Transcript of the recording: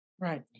Right